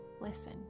Listen